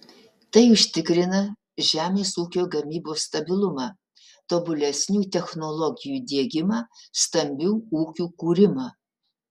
tai užtikrina žemės ūkio gamybos stabilumą tobulesnių technologijų diegimą stambių ūkių kūrimą